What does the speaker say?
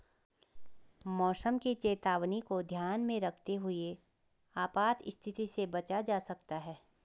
मौसम की चेतावनी को ध्यान में रखते हुए आपात स्थिति से बचा जा सकता है